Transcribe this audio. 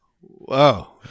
Whoa